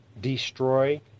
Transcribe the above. destroy